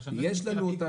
יש לנו אותה,